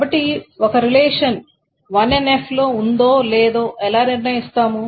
కాబట్టి ఒక relation 1NF లో ఉందో లేదో ఎలా నిర్ణయిస్తాము